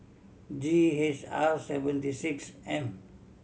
G H R seventy six M